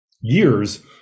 years